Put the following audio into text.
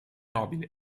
nobile